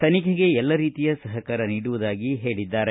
ತನಿಖೆಗೆ ಎಲ್ಲ ರೀತಿಯ ಸಹಕಾರ ನೀಡುವುದಾಗಿ ಹೇಳಿದ್ದಾರೆ